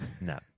No